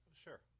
Sure